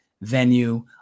venue